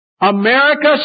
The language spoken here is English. America